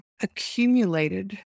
accumulated